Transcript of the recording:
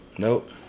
Nope